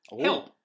Help